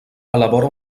elabora